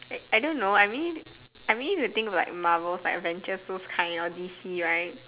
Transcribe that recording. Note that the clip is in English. I don't know I mean if you think like Marvel Avengers those kind or D_C right